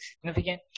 significant